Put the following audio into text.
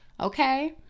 Okay